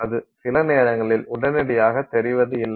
அது சில நேரங்களில் உடனடியாகத் தெரிவது இல்லை